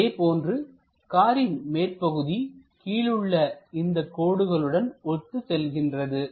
அதேபோன்று காரின் மேற்பகுதி கீழுள்ள இந்த கோடுகளுடன் ஒத்து செல்கின்றது